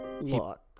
Look